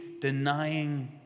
denying